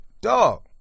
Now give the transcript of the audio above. Dog